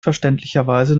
verständlicherweise